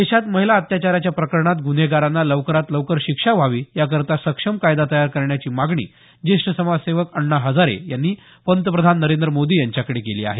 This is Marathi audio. देशात महिला अत्याचाराच्या प्रकरणात गुन्हेगारांना लवकरात लवकर शिक्षा व्हावी याकरता सक्षम कायदा तयार करण्याची मागणी ज्येष्ठ समाजसेवक अण्णा हजारे यांनी पंतप्रधान नरेंद्र मोदी यांच्याकडे केली आहे